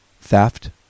theft